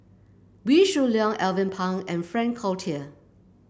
Wee Shoo Leong Alvin Pang and Frank Cloutier